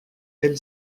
elle